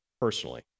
personally